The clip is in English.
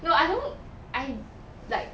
no I don't I like